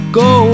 go